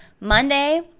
Monday